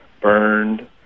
burned